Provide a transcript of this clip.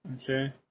Okay